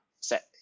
set